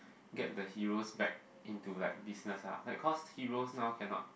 get the heros back into like business lah like cause heros now cannot